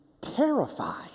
terrified